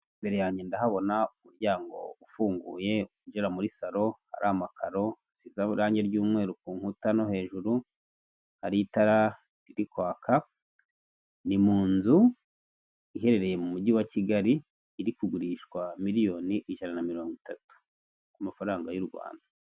Imbere yanjye ndahabona umuryango ufunguye ugerara muri saro, hari amakaro isizeho irange ry'umweru ku nkuta no hejuru, hari itara riri kwaka ni mu nzu iherereye mu mujyi wa Kigali iri kugurishwa miliyoni ijana na mirongo itatu y'mafaranga y'u rwanda.